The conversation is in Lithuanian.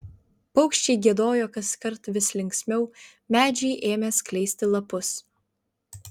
paukščiai giedojo kaskart vis linksmiau medžiai ėmė skleisti lapus